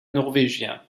norvégien